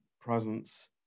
presence